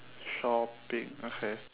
shopping okay